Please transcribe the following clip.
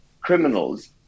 criminals